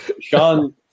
Sean